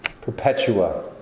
Perpetua